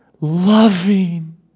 loving